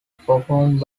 performed